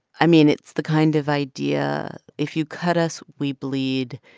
i mean, it's the kind of idea if you cut us, we bleed.